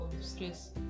stress